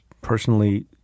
personally